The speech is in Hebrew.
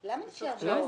יש לי כמה ברירות.